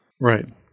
Right